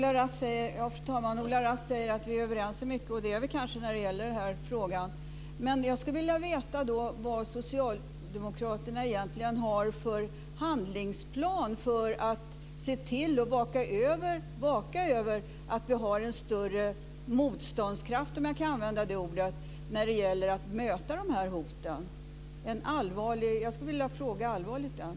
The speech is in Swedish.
Fru talman! Ola Rask säger att vi är överens om mycket och det är vi kanske när det gäller den här frågan. Men jag skulle vilja veta vad socialdemokraterna egentligen har för handlingsplan för att se till att vaka över att vi har en större motståndskraft, om jag kan använda det ordet, när det gäller att möta de här hoten. Jag skulle allvarligt vilja ställa den frågan.